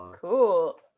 cool